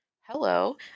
Hello